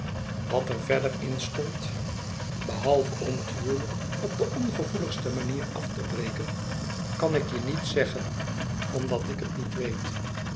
wat er verder in stond om het huwelijk op de ongevoeligste manier af te breken kan ik je niet zeggen omdat ik het niet weet